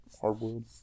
Hardwood